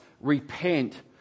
Repent